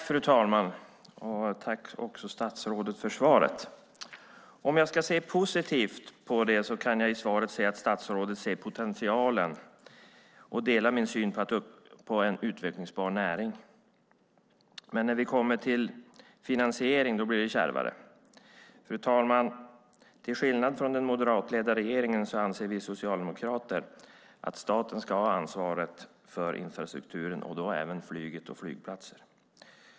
Fru talman! Jag tackar statsrådet för svaret. Om jag ska se positivt på det kan jag i svaret se att statsrådet ser potentialen och delar min syn på en utvecklingsbar näring. Men när vi kommer till finansiering blir det kärvare. Fru talman! Till skillnad från den moderatledda regeringen anser vi socialdemokrater att staten ska ha ansvaret för infrastrukturen - och då även flyget och flygplatserna.